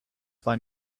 find